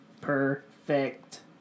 perfect